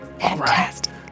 fantastic